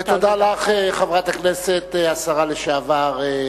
ותודה לך, חברת הכנסת, השרה לשעבר,